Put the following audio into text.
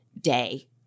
day